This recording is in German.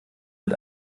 mit